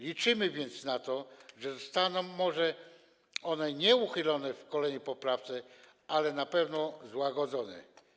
Liczymy więc na to, że zostaną one może nie uchylone w kolejnej poprawce, ale na pewno złagodzone.